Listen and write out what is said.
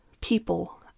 people